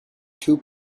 two